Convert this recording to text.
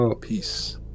Peace